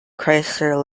chrysler